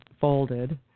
folded